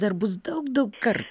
dar bus daug daug kartų